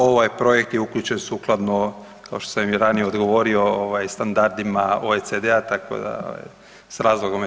Ovaj projekt je uključen sukladno kao što sam i ranije odgovorio standardima OECD-a tako da s razlogom je tu.